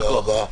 תודה רבה.